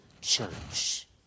church